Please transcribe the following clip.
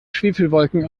schwefelwolken